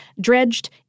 dredged